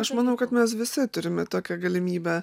aš manau kad mes visi turime tokią galimybę